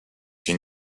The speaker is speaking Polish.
się